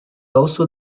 also